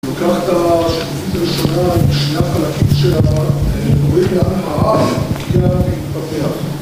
אני לוקח את השקופית הראשונה עם שני החלקים שלה רואים לאן הוא עף פתיח להתפתח